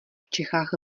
čechách